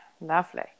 lovely